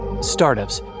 Startups